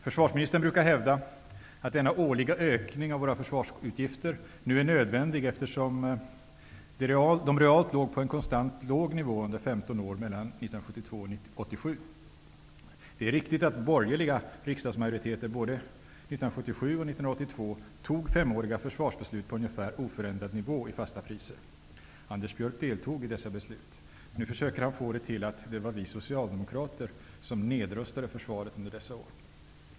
Försvarsministern brukar hävda att denna årliga ökning av våra försvarsutgifter nu är nödvändig, eftersom de realt låg på en konstant låg nivå under 15 år mellan 1972 och 1987. Det är riktigt att borgerliga riksdagsmajoriteter både 1977 och 1982 fattade femåriga försvarsbeslut om ungefär oförändrad nivå i fasta priser. Anders Björck deltog i dessa beslut. Nu försöker han få det till att det var vi socialdemokrater som ''nedrustade'' försvaret under dessa år.